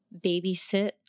babysit